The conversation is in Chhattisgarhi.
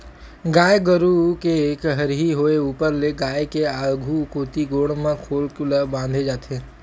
गाय गरु के हरही होय ऊपर ले गाय के आघु कोती गोड़ म खोल ल बांधे जाथे